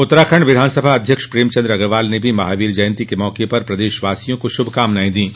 उत्तराखण्ड विधान सभा अध्यक्ष प्रेम चन्द अग्रवाल ने भी महावीर जयंती के मौके पर प्रदेश वासियों को श्भकामनाए दी हैं